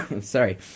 sorry